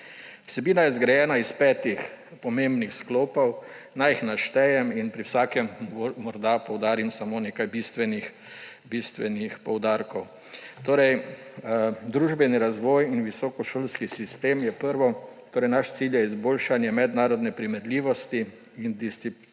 Vsebina je zgrajena iz petih pomembnih sklopov. Naj jih naštejem in pri vsakem morda poudarim samo nekaj bistvenih poudarkov. Družbeni razvoj in visokošolski sistem je prvi. Naš cilj je izboljšanje mednarodne primerljivosti in disciplinarne